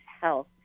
health